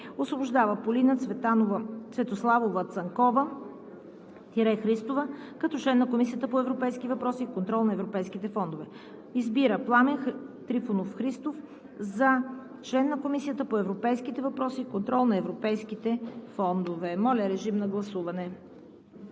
Освобождава Полина Цветославова Цанкова-Христова като член на Комисията по европейските въпроси и контрол на европейските фондове. 2. Избира Пламен Трифонов Христов за член на Комисията по европейските въпроси и контрол на европейските фондове.“ Моля, режим на гласуване.